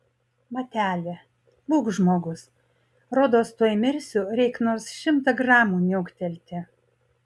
mateli būk žmogus rodos tuoj mirsiu reik nors šimtą gramų niuktelti